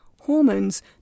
Hormones